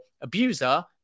abuser